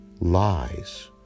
lies